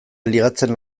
ligatzen